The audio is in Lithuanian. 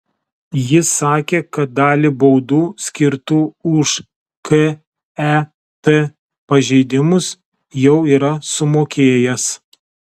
jis sakė kad dalį baudų skirtų už ket pažeidimus jau yra sumokėjęs